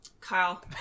Kyle